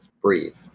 breathe